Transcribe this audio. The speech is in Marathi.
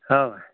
हां